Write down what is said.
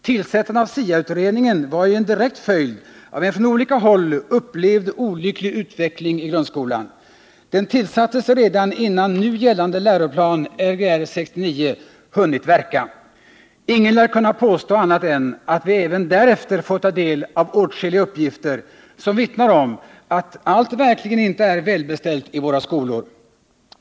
Tillsättandet av SIA-utredningen var ju en direkt följd av en från olika håll upplevd olycklig utveckling i grundskolan. Utredningen tillsattes redan innan nu gällande läroplan, Lgr 69, hunnit verka. Ingen lär kunna påstå annat än att vi även därefter fått ta del av åtskilliga uppgifter som vittnar om att allt verkligen inte är välbeställt i våra skolor.